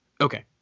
okay